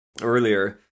earlier